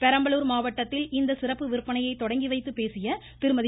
பெரம்பலூர் மாவட்டத்தில் இந்த சிறப்பு விற்பனையை தொடங்கி வைத்து பேசிய திருமதி